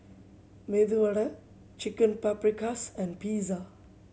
Medu Chicken Paprikas and Pizza